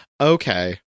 Okay